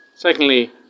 Secondly